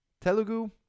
Telugu